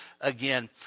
again